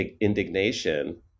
indignation